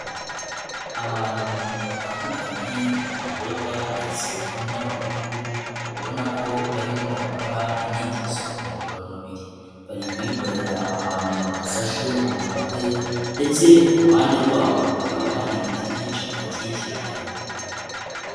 Abantu batandukanye, abakobwa ndetse n'abahungu ubona ko barimo barakora imyitozo ngororamubiri, bari kuyikorera ahantu hasashe amapave ndetse ku ruhande rwaho hakaba hari ibiti byinshi bihakikije.